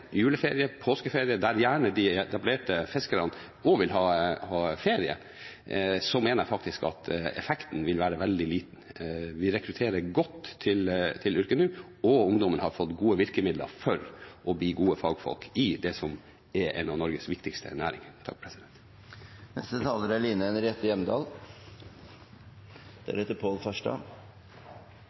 juleferie, påskeferie – da de etablerte fiskerne gjerne også vil ha ferie, mener jeg faktisk at effekten vil være veldig liten. Vi rekrutterer godt til yrket nå, og ungdommen har fått gode virkemidler for å bli gode fagfolk i det som er en av Norges viktigste